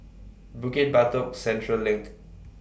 Bukit Batok Central LINK